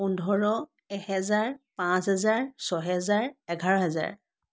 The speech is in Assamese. পোন্ধৰ এহেজাৰ পাঁচ হেজাৰ ছহেজাৰ এঘাৰ হেজাৰ